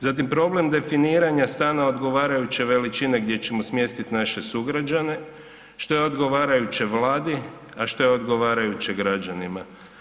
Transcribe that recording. Zatim problem definiranja stana odgovarajuće veličine gdje ćemo smjestiti naše sugrađane, što je odgovarajuće Vladi, a što je odgovarajuće građanima?